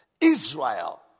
Israel